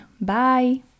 Bye